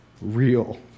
real